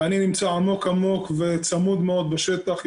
ואני נמצא עמוק עמוק וצמוד מאוד בשטח.